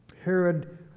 Herod